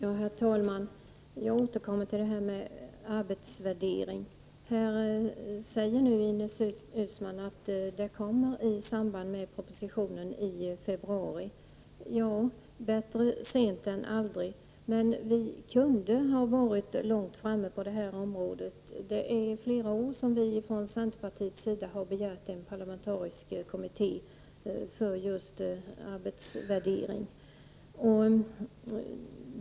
Herr talman! Jag återkommer till arbetsvärderingen. Ines Uusmann säger att den kommer i samband med propositionen i februari. Bättre sent än aldrig. Men vi kunde ha legat långt framme på detta område. Vi i centern har i flera år begärt en parlamentarisk kommitté för just arbetsvärdering.